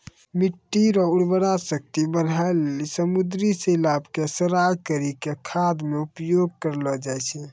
मिट्टी रो उर्वरा शक्ति बढ़ाए लेली समुन्द्री शैलाव के सड़ाय करी के खाद मे उपयोग करलो जाय छै